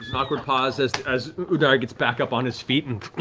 awkward pause as as udire gets back up on his feet and